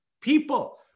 people